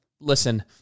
listen